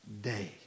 day